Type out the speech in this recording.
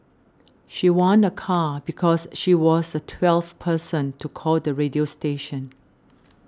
she won a car because she was the twelfth person to call the radio station